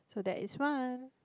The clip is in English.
today is run